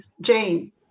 Jane